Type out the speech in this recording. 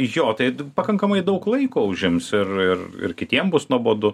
jo tai pakankamai daug laiko užims ir ir kitiem bus nuobodu